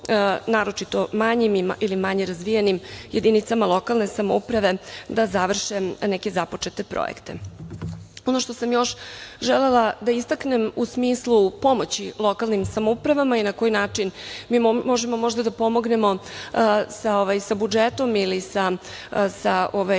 naročito manjim ili manje razvijenim jedinicama lokalne samouprave da završe neke započete projekte. Ono što sam još želela da istaknem u smislu pomoći lokalnim samoupravama i na koji način mi možemo možda da pomognemo sa budžetom ili sa nekom